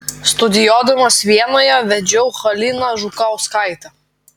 studijuodamas vienoje vedžiau haliną žukauskaitę